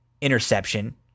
interception